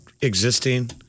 existing